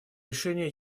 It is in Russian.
решения